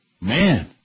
Man